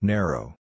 Narrow